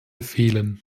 fehlen